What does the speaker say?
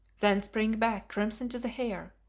then spring back crimson to the hair,